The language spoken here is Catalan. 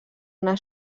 una